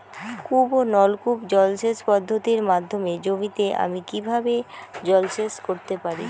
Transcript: কূপ ও নলকূপ জলসেচ পদ্ধতির মাধ্যমে জমিতে আমি কীভাবে জলসেচ করতে পারি?